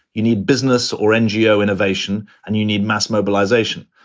you need business or ngo innovation, and you need mass mobilization,